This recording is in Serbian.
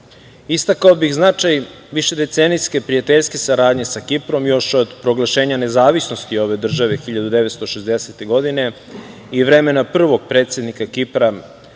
Istakao bih značaj višedecenijske prijateljske saradnje sa Kiprom još od proglašenja nezavisnosti ove države 1960. godine i vremena prvog predsednika Kipra